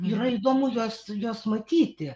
yra įdomu juos juos matyti